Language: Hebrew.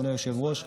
אדוני היושב-ראש,